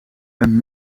een